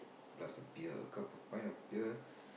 plus a beer a cup a pint of beer